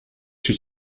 się